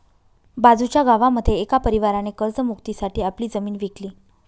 बाजूच्या गावामध्ये एका परिवाराने कर्ज मुक्ती साठी आपली जमीन विकली